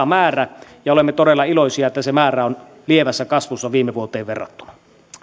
määrä ja olemme todella iloisia että se määrä on lievässä kasvussa viime vuoteen verrattuna